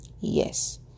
Yes